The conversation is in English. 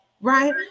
right